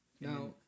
Now